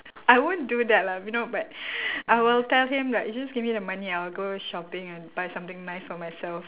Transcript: I won't do that lah you know but I will tell him like you just give me the money I'll go shopping and buy something nice for myself